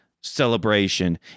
celebration